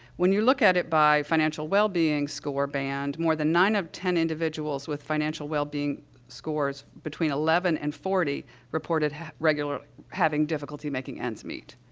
when you look at it by financial wellbeing score band, more than nine out of ten individuals with financial wellbeing scores between eleven and forty reported regular having difficulty making ends meet.